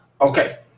Okay